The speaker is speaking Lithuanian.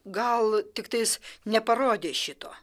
gal tiktais neparodė šito